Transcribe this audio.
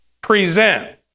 present